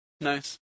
Nice